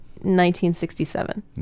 1967